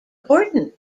gorton